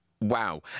Wow